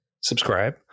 subscribe